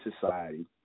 society